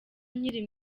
nkiri